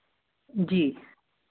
जी